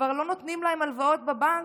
שכבר לא נותנים להם הלוואות בבנק.